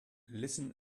listen